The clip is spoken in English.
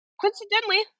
coincidentally